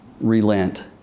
relent